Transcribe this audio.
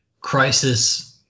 crisis